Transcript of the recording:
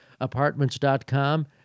Apartments.com